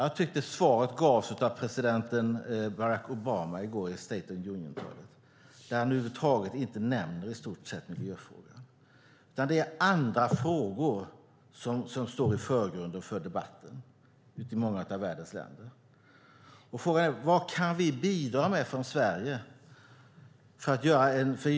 Jag tycker att svaret gavs av presidenten Barack Obama i går i State of the Union-talet. Han nämnde i stort sett inte miljöfrågorna över huvud taget. Det är andra frågor som står i förgrunden för debatten i många av världens länder. Vad kan vi bidra med från Sverige?